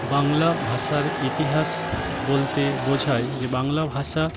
বাংলা ভাষার ইতিহাস বলতে বোঝায় যে বাংলা ভাষা